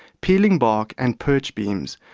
peeling bark and perch beams,